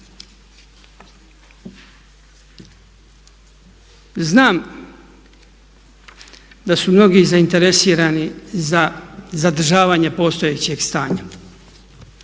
Znam da su mnogi zainteresirani za zadržavanje postojećeg stanja